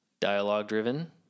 dialogue-driven